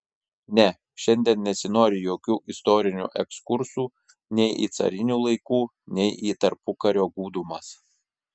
ne šiandien nesinori jokių istorinių ekskursų nei į carinių laikų nei į tarpukario gūdumas